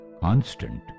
constant